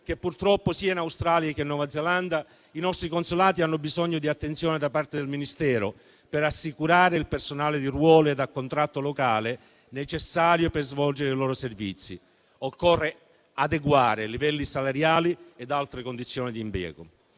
che purtroppo, sia in Australia che in Nuova Zelanda, i nostri consolati hanno bisogno di attenzione da parte del Ministero, per assicurare il personale di ruolo e a contratto locale necessario per svolgere i loro servizi. Occorre adeguare livelli salariali ed altre condizioni di impiego.